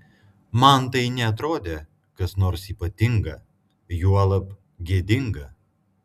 man tai neatrodė kas nors ypatinga juolab gėdinga